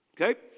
Okay